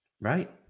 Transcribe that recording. Right